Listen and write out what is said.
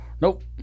Nope